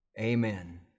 amen